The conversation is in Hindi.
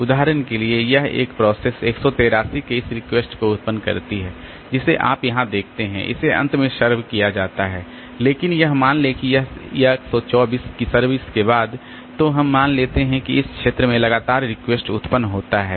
उदाहरण के लिए यह एक प्रोसेस 183 के इस रिक्वेस्ट को उत्पन्न करती है जिसे आप यहां देखते हैं इसे अंत में सर्व किया जाता है लेकिन यह मान लें कि यह 124 की सर्विस के बाद तो हम मान लेते हैं कि इस क्षेत्र में लगातार रिक्वेस्ट उत्पन्न होता है